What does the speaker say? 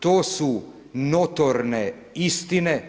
To su notorne istine.